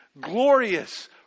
glorious